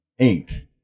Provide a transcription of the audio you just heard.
Inc